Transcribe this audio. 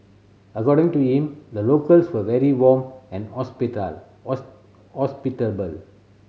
according to him the locals were very warm and hospitable